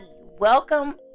welcome